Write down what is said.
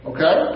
Okay